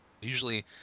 Usually